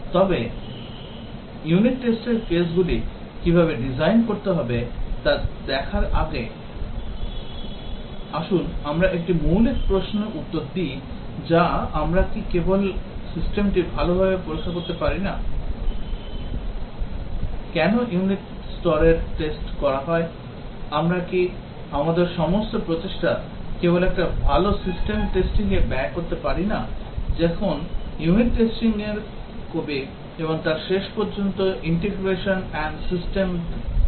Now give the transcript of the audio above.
তবে unit test র case গুলি কীভাবে design করতে হবে তা দেখার আগে আসুন আমরা একটি মৌলিক প্রশ্নের উত্তর দেই যা আমরা কি কেবল সিস্টেমটি ভালভাবে পরীক্ষা করতে পারি না কেন unit স্তরের test করা হয় আমরা কি আমাদের সমস্ত প্রচেষ্টা কেবল একটি ভাল system testing এ ব্যয় করতে পারি না কেন unit testing করি এবং তারপরে শেষ পর্যন্ত integration এবং system test করি